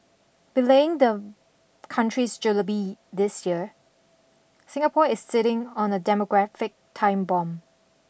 belaying the country's julebee this year Singapore is sitting on a demographic time bomb